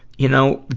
you know,